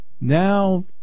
Now